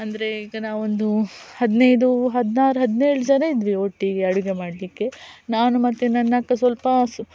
ಅಂದರೆ ಈಗ ನಾವೊಂದು ಹದಿನೈದು ಹದಿನಾರು ಹದಿನೇಳು ಜನ ಇದ್ವಿ ಒಟ್ಟಿಗೆ ಅಡುಗೆ ಮಾಡಲಿಕ್ಕೆ ನಾನು ಮತ್ತು ನನ್ನಅಕ್ಕ ಸ್ವಲ್ಪ